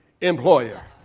employer